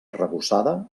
arrebossada